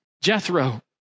Jethro